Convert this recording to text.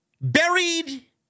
buried